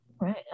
Right